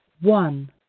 one